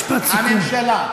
הממשלה,